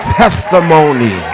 testimony